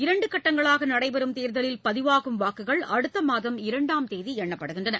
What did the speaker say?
இரண்டு கட்டங்களாக நடைபெறும் தேர்தலில் பதிவாகும் வாக்குகள் அடுத்த மாதம் இரண்டாம் தேதி எண்ணப்படுகின்றன